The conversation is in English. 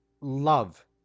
love